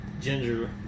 Ginger